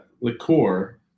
liqueur